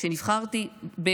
כשנבחרתי, איפה?